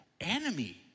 enemy